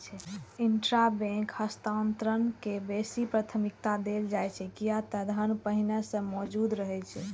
intrabank हस्तांतरण के बेसी प्राथमिकता देल जाइ छै, कियै ते धन पहिनहि सं मौजूद रहै छै